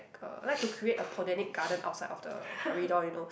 uh like to create a Botanic-Garden outside of the corridor you know